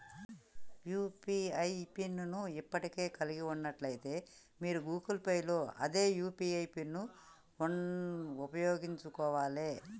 UPI PIN ను ఇప్పటికే కలిగి ఉన్నట్లయితే మీరు గూగుల్ పే లో అదే యూ.పీ.ఐ పిన్ను ఉపయోగించుకోవాలే